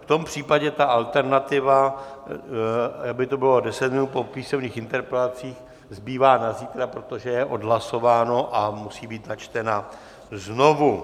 V tom případě ta alternativa, aby to bylo 10 minut po písemných interpelacích, zbývá na zítra, protože je odhlasováno a musí být načtena znovu.